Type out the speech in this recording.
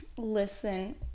Listen